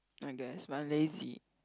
I guess but I'm lazy